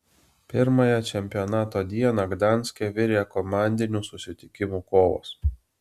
pirmąją čempionato dieną gdanske virė komandinių susitikimų kovos